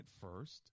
first